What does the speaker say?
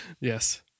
yes